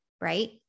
right